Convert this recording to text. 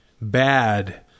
bad